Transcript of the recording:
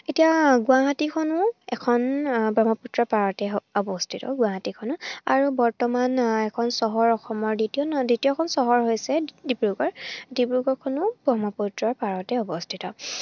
এতিয়া গুৱাহাটীখনো এখন ব্ৰহ্মপুত্ৰৰ পাৰতে অৱস্থিত গুৱাহাটীখনো আৰু বৰ্তমান এখন চহৰ অসমৰ দ্বিতীয় দ্বিতীয়খন চহৰ হৈছে ডিব্ৰুগড় ডিব্ৰুগড়খনো ব্ৰহ্মপুত্ৰৰ পাৰতে অৱস্থিত